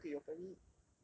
but you look at your family